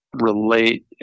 relate